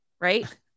Right